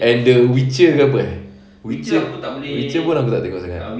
and the witcher ke apa witcher witcher pun aku tak tengok sangat